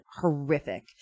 horrific